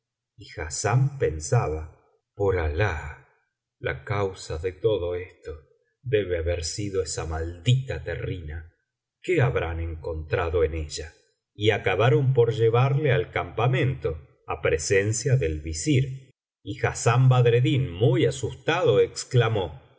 y hassán pensaba por alah la causa de todo esto debe haber sido esa maldita terrina qué habrán encontrado en ella y acabaron por llevarle al campamento á presencia del visir y hassán badreddin muy asustado exclamó